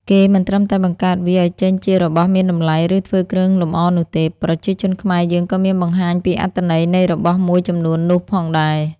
គេមិនត្រឹមតែបង្កើតវាឲ្យចេញជារបស់មានតម្លៃ ឬធ្វើគ្រឿងលម្អនោះទេ ប្រជាជនខ្មែរយើងក៏មានបង្ហាញពីអត្ថន័យនៃរបស់មួយចំនួននោះផងដែរ។